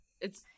It's-